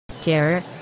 care